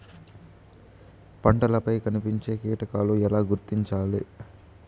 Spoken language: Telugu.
పంటలపై కనిపించే కీటకాలు ఎలా గుర్తించాలి?